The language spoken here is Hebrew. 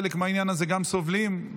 חלק גם סובלים מהעניין הזה.